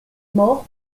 mort